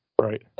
Right